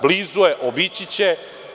Blizu, obići će.